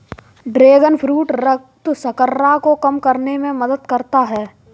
dragon fruit रक्त शर्करा को कम करने में मदद करता है